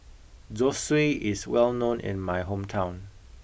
zosui is well known in my hometown